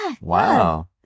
Wow